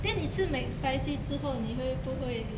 then 你吃 mac spicy 之后你会不会